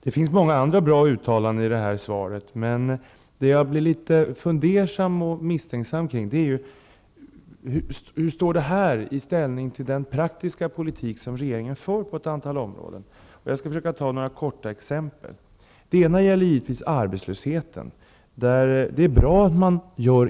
Det finns många bra uttalanden i svaret. Men jag blir litet fundersam och misstänksam i ett avseende. Hur förhåller sig det som sägs här till den praktiska politik som regeringen för på ett antal områden? Jag skall försöka fatta mig kort och bara ta några exempel. Det gäller naturligtvis arbetslösheten. Det är bra att insatser görs.